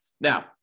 Now